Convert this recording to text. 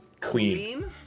Queen